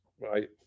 right